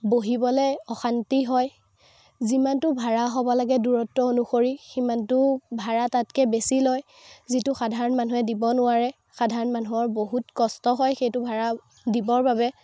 বহিবলৈ অশান্তি হয় যিমানটো ভাড়া হ'ব লাগে দূৰত্ব অনুসৰি সিমানটো ভাড়া তাতকৈ বেছি লয় যিটো সাধাৰণ মানুহে দিব নোৱাৰে সাধাৰণ মানুহৰ বহুত কষ্ট হয় সেইটো ভাড়া দিবৰ বাবে